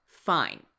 Fine